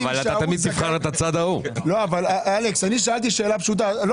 שאלתי שאלה פשוטה.